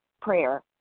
prayer